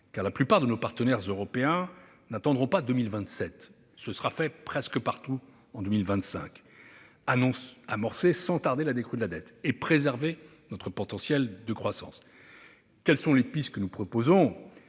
car la plupart de nos partenaires européens n'attendront pas 2027 et feront le nécessaire dès 2025. Ensuite, amorcer sans tarder la décrue de la dette. Enfin, préserver notre potentiel de croissance. Quelles sont les pistes que nous proposons ?